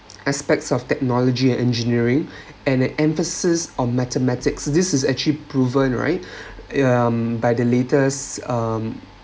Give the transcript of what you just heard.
aspects of technology and engineering and emphasis on mathematics this is actually proven right um by the latest um